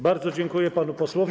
Bardzo dziękuję panu posłowi.